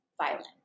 violent